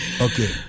okay